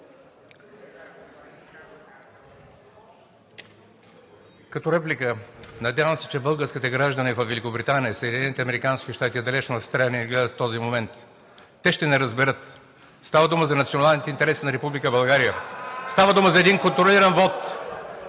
Като реплика. Надявам се, че българските граждани във Великобритания, Съединените американски щати и далечна Австралия ни гледат в този момент. Те ще ни разберат. Става дума за националните интереси на Република България. Става дума за един контролиран вот.